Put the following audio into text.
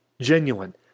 Genuine